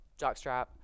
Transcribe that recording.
Jockstrap